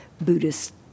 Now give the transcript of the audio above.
Buddhist